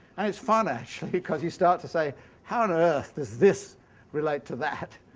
and it's fun, actually, because you starts to say how on earth does this relate to that?